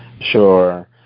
sure